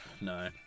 no